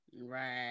right